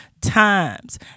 times